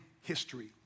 history